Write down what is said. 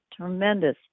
tremendous